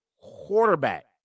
quarterback